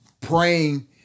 praying